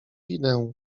idę